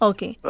Okay